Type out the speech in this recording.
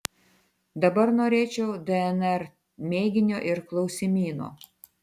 dabar norėčiau dnr mėginio ir klausimyno